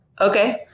Okay